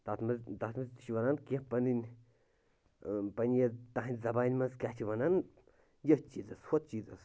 تَتھ منٛز تَتھ منٛز تہِ چھِ وَنان کیٚنٛہہ پَنٕنۍ آ پنٕنہِ یتھ تٔہٕنٛزِ زبانہِ منٛز کیٛاہ چھِ وَنان ییٚتھۍ چیٖزَس ہُتھ چیٖزَس